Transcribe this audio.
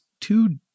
two